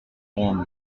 ronde